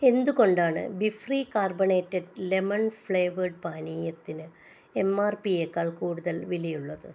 എന്തുകൊണ്ടാണ് ബിഫ്രീ carbonated lemon flavoured പാനീയത്തിന് എം ആർ പിയെക്കാൾ കൂടുതൽ വിലയുള്ളത്